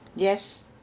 yes